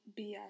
BS